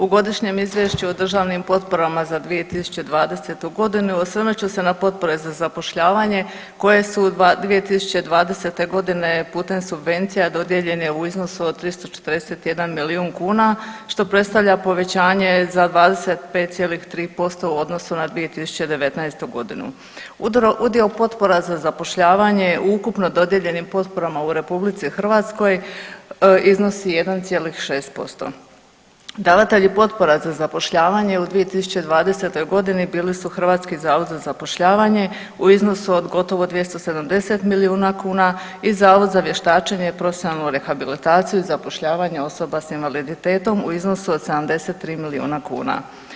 U Godišnjem izvješću o državnim potporama za 2020.g. osvrnut ću se na potpore za zapošljavanje koje su 2020.g. putem subvencija dodijeljene u iznosu od 341 milijun kuna, što predstavlja povećanje za 25,3% u odnosu na 2019.g. Udio potpora za zapošljavanje u ukupno dodijeljenim potporama u RH iznosi 1,6%. davatelji potpora za zapošljavanje u 2020.g. bili su HZZ u iznosu od gotovo 270 milijuna kuna i Zavod za vještačenje, profesionalnu rehabilitaciju i zapošljavanje osoba s invaliditetom u iznosu od 73 milijuna kuna.